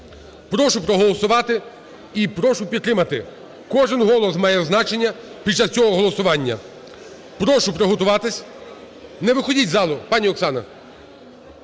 Прошу проголосувати і прошу підтримати. Кожен голос має значення під час цього голосування. Прошу приготуватись. Не виходіть із залу, пані Оксана.